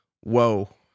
whoa